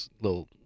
little